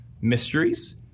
mysteries